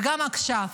וגם עכשיו,